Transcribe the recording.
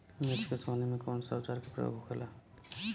मिर्च के सोहनी में कौन सा औजार के प्रयोग होखेला?